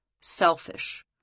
selfish